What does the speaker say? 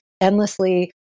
endlessly